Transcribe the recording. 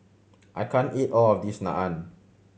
I can't eat all of this Naan